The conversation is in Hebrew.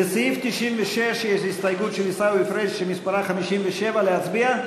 לסעיף 96 יש הסתייגות של עיסאווי פריג' שמספרה 57. להצביע עליה?